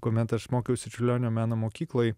kuomet aš mokiausi čiurlionio meno mokykloj